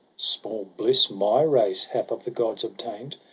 small bliss my race hath of the gods obtain'd.